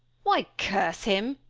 why curse him!